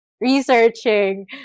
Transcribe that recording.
researching